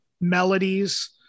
melodies